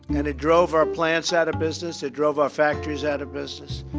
and it drove our plants out of business, it drove our factories out of business,